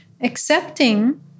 Accepting